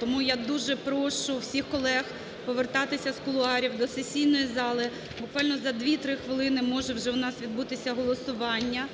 Тому я дуже прошу всіх колег повертатися з кулуарів до сесійної зали, буквально за дві-три хвилини може вже у нас відбутися голосування,